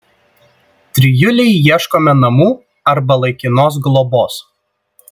trijulei ieškome namų arba laikinos globos